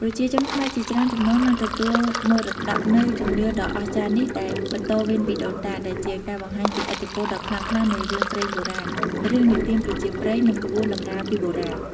ប្រជាជនខ្មែរជាច្រើនជំនាន់បានទទួលមរតកនូវជំនឿដ៏អស្ចារ្យនេះដែលបន្តវេនពីដូនតា ដែលជាការបង្ហាញពីឥទ្ធិពលដ៏ខ្លាំងក្លានៃរឿងព្រេងបុរាណ រឿងនិទានប្រជាប្រិយ និងក្បួនតម្រាពីបុរាណ។